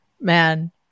man